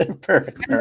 perfect